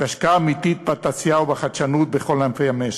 והשקעה אמיתית בתעשייה ובחדשנות בכל ענפי המשק.